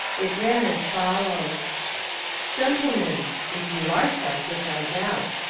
it ran as follows gentlemen if you are such, which i doubt.